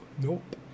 Nope